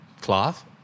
cloth